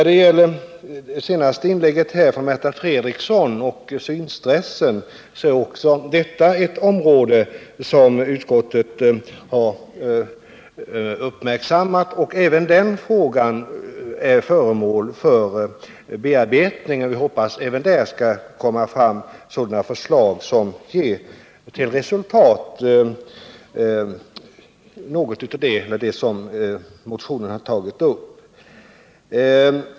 Det senaste inlägget från Märta Fredrikson berörde frågan om synstress. Det är också ett område som utskottet har uppmärksammat, och den frågan är föremål för bearbetning. Vi hoppas att det även där skall komma fram sådana förslag som ger till resultat något av det som motionärerna tagit upp.